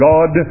God